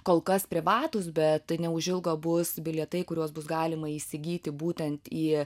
kol kas privatūs bet neužilgo bus bilietai kuriuos bus galima įsigyti būtent į